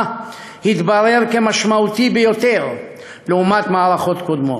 התברר כמשמעותי ביותר לעומת מערכות קודמות.